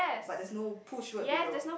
but there's no push word below